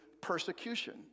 persecution